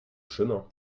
chemin